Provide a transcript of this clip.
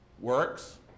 works